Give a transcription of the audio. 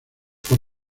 por